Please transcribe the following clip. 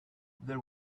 there